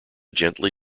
gently